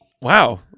Wow